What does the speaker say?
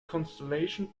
constellation